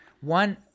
One